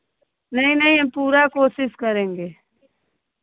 नही नहीं हम पूरा कोशिश करेंगे